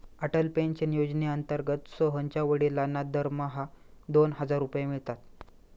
Atal pension योजनेअंतर्गत सोहनच्या वडिलांना दरमहा दोन हजार रुपये मिळतात